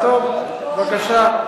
טוב, בבקשה.